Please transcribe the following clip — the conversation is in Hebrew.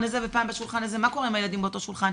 הזה ופעם בשולחן הזה מה קורה עם הילדים באותו שולחן?